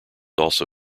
also